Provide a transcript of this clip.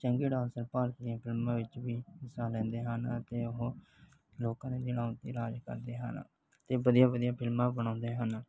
ਚੰਗੇ ਡਾਂਸਰ ਭਾਰਤ ਦੀਆਂ ਫਿਲਮਾਂ ਵਿੱਚ ਵੀ ਹਿੱਸਾ ਲੈਂਦੇ ਹਨ ਅਤੇ ਉਹ ਲੋਕਾਂ ਦੇ ਦਿਲਾਂ ਉੱਤੇ ਰਾਜ ਕਰਦੇ ਹਨ ਅਤੇ ਵਧੀਆ ਵਧੀਆ ਫਿਲਮਾਂ ਬਣਾਉਂਦੇ ਹਨ